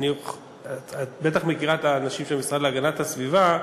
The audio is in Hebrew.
את בטח מכירה את האנשים של המשרד להגנת הסביבה,